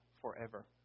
Forever